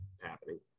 happening